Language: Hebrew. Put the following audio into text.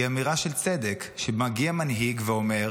היא אמירה של צדק, כשמגיע מנהיג ואומר: